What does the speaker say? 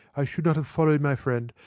i should not have followed my friend.